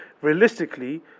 realistically